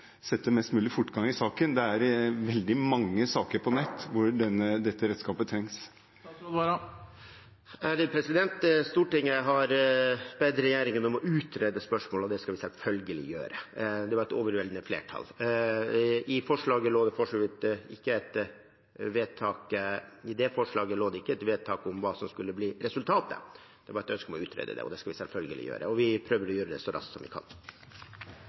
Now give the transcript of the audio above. sette mest mulig fortgang i saken. Det er veldig mange saker på nett hvor dette redskapet trengs. Stortinget har bedt regjeringen om å utrede spørsmålet, og det skal vi selvfølgelig gjøre. Det var et overveldende flertall. I anmodningsvedtaket lå det ikke et vedtak om hva som skulle bli resultatet, det var et ønske om å utrede det. Det skal vi selvfølgelig gjøre, og vi prøver å gjøre det så raskt vi kan.